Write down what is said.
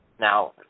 Now